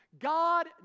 God